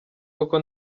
koko